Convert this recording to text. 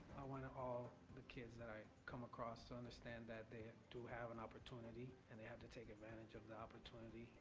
want all the kids that i come across to understand that they have to have an opportunity and they have to take advantage of the opportunity,